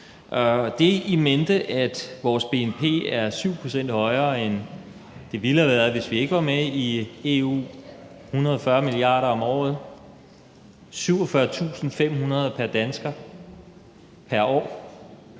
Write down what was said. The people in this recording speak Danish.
det i mente er vores bnp 7 pct. højere, end den ville have været, hvis ikke vi var med i EU, 140 mia. kr. om året, 47.500 kr. pr. dansker pr. år.